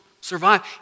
survive